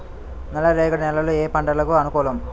నల్లరేగడి నేలలు ఏ పంటలకు అనుకూలం?